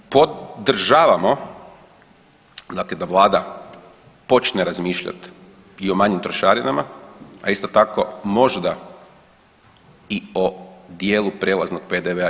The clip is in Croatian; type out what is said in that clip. E sad, podržavamo dakle da vlada počne razmišljati i o manjim trošarinama, a i sto tako možda i o dijelu prijelaznog PDV-a.